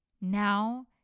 Now